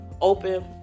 open